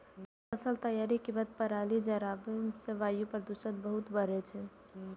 फसल तैयारी के बाद पराली जराबै सं वायु प्रदूषण बहुत बढ़ै छै